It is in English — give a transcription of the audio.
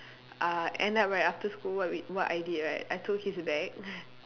uh end up right after school what we what I did right I took his bag